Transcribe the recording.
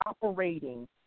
operating